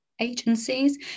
agencies